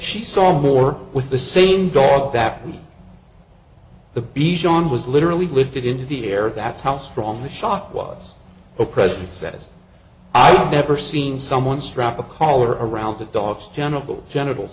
she saw more with the same dog that week the b zhang was literally lifted into the air that's how strong the shot was the president says i've never seen someone strap a color around the dog's genital genitals